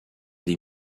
des